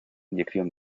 inyección